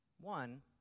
one